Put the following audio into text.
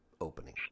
opening